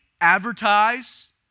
advertise